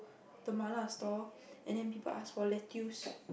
the Mala stall and then people ask for lettuce